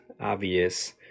obvious